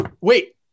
wait